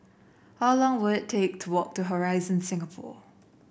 how long will it take to walk to Horizon Singapore